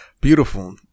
Beautiful